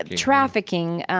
trafficking,